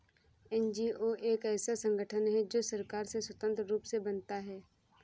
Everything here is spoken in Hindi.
एन.जी.ओ एक ऐसा संगठन है जो सरकार से स्वतंत्र रूप से बनता है